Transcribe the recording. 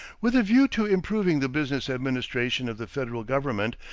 with a view to improving the business administration of the federal government,